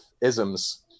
isms